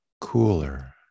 cooler